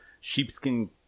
sheepskin